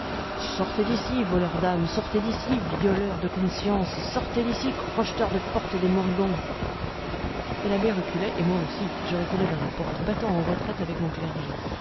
sortez d'ici voleurs d'âmes sortez d'ici violeurs de consciences sortez d'ici crocheteurs de portes des moribonds et l'abbé reculait et moi aussi je reculais vers la porte battant en retraite avec mon clergé